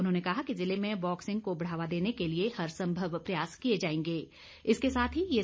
उन्होंने कहा कि जिले में बॉक्सिंग को बढ़ावा देने के लिए हर संभव प्रयास किए जाएंगे